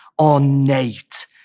ornate